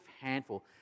handful